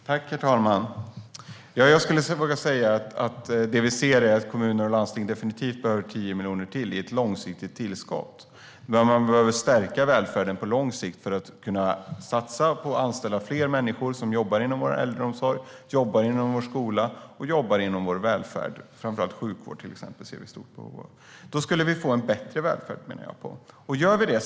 Herr talman! Ja, jag skulle våga säga att det vi ser är att kommuner och landsting definitivt behöver 10 miljarder till i långsiktigt tillskott. Man behöver stärka välfärden på lång sikt för att kunna satsa på att anställa fler människor som jobbar inom vår äldreomsorg, inom vår skola och inom vår välfärd. Framför allt sjukvård ser vi ett stort behov av. Då skulle vi få en bättre välfärd, menar jag.